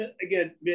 Again